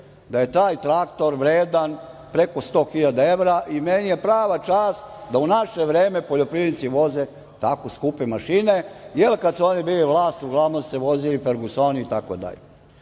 da je taj traktor vredan preko sto hiljada evra. Meni je prava čast da u naše vreme poljoprivrednici voze tako skupe mašine, jer kada su oni bili vlast, uglavnom su se vozili Fergusoni i tako